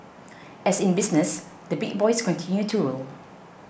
as in business the big boys continue to rule